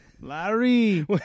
Larry